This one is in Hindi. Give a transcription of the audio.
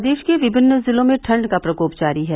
प्रदेश के विभिन्न जिलों में ठंड का प्रकोप जारी है